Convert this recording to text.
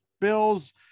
Bills